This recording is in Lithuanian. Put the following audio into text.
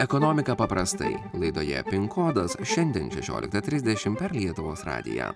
ekonomika paprastai laidoje pin kodas šiandien šešiolika trisdešimt per lietuvos radiją